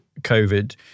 COVID